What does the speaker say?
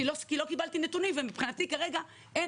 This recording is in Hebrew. כי לא קיבלנו נתונים ומבחינתי כרגע אין